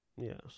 Yes